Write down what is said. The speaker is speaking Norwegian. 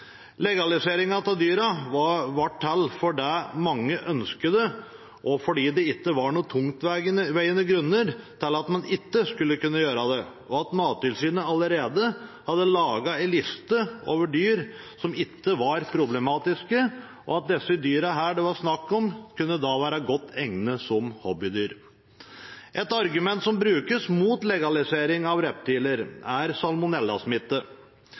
av dyrene ble til fordi mange ønsket det, og fordi det ikke var noen tungtveiende grunner for at man ikke skulle kunne gjøre det. Mattilsynet hadde allerede laget en liste over dyr som ikke var problematiske, og de dyrene det her var snakk om, kunne være godt egnet som hobbydyr. Et argument som brukes mot legalisering av reptiler, er